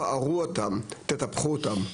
פארו אותם, תטפחו אותם.